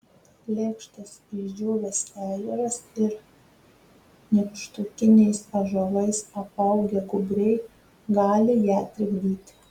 lėkštas išdžiūvęs ežeras ir nykštukiniais ąžuolais apaugę gūbriai gali ją trikdyti